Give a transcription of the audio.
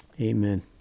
Amen